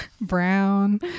brown